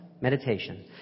meditation